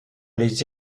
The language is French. les